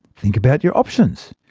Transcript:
think about your options.